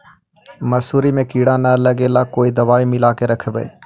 मसुरी मे किड़ा न लगे ल कोन दवाई मिला के रखबई?